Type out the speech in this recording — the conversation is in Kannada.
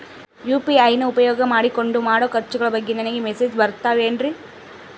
ಯು.ಪಿ.ಐ ನ ಉಪಯೋಗ ಮಾಡಿಕೊಂಡು ಮಾಡೋ ಖರ್ಚುಗಳ ಬಗ್ಗೆ ನನಗೆ ಮೆಸೇಜ್ ಬರುತ್ತಾವೇನ್ರಿ?